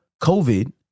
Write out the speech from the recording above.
covid